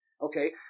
Okay